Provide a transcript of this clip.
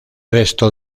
resto